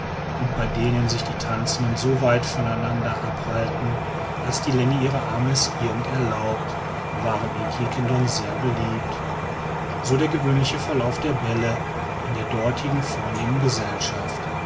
und bei denen sich die tanzenden so weit von einander abhalten als die länge ihrer arme es irgend erlaubt waren in quiquendone sehr beliebt so der gewöhnliche verlauf der bälle in der dortigen vornehmen gesellschaft